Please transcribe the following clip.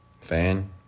fan